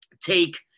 take